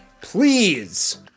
Please